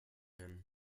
him